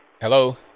Hello